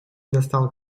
достал